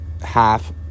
half